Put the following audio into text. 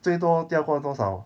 最多吊过多少